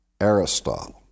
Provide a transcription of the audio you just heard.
Aristotle